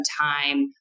time